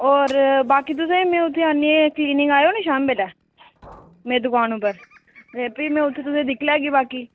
और बाकी तुसें इनें उत्थै आह्नियै क्लीनिक आओ नी शामी बेल्ले मेरी दुकान उप्पर ते प्ही में उत्थै तुसेंगी दिक्खी लैगी बाकी